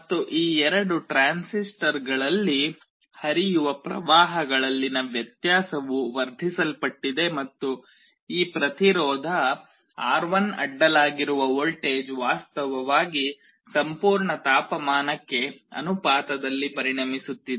ಮತ್ತು ಈ ಎರಡು ಟ್ರಾನ್ಸಿಸ್ಟರ್ಗಳಲ್ಲಿ ಹರಿಯುವ ಪ್ರವಾಹಗಳಲ್ಲಿನ ವ್ಯತ್ಯಾಸವು ವರ್ಧಿಸಲ್ಪಟ್ಟಿದೆ ಮತ್ತು ಈ ಪ್ರತಿರೋಧ R1 ಅಡ್ಡಲಾಗಿರುವ ವೋಲ್ಟೇಜ್ ವಾಸ್ತವವಾಗಿ ಸಂಪೂರ್ಣ ತಾಪಮಾನಕ್ಕೆ ಅನುಪಾತದಲ್ಲಿ ಪರಿಣಮಿಸುತ್ತಿದೆ